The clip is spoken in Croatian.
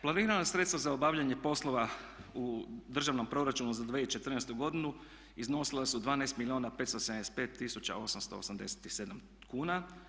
Planirana sredstva za obavljanje poslova u Državnom proračunu za 2014. godinu iznosila su 12 milijuna 575 tisuća 887 kuna.